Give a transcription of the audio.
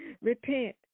Repent